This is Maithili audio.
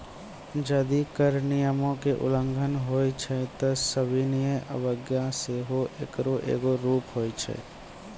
जदि कर नियमो के उल्लंघन होय छै त सविनय अवज्ञा सेहो एकरो एगो रूप होय छै